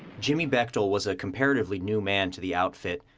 jimmie bechtel was a comparatively new man to the outfit.